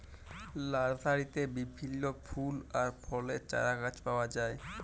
লার্সারিতে বিভিল্য ফুল আর ফলের চারাগাছ পাওয়া যায়